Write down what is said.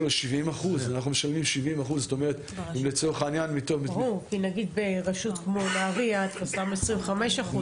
אנחנו משלמים 70%. נגיד ברשות כמו נהריה אתה שם 25%